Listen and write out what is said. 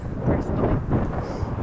personally